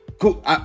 Cool